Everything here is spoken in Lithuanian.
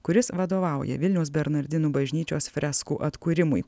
kuris vadovauja vilniaus bernardinų bažnyčios freskų atkūrimui